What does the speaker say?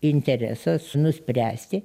interesas nuspręsti